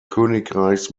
königreichs